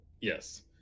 Yes